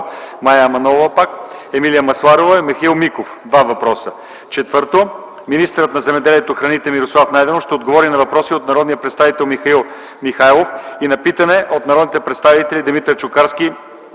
Мая Манолова и Емилия Масларова и Михаил Михов (2 въпроса). 4. Министърът на земеделието и храните Мирослав Найденов ще отговори на въпрос от народния представител Михаил Михайлов и на питане от народните представители Димитър Чукаревски